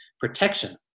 protection